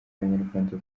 abanyarwanda